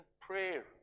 prayer